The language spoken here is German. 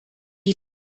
die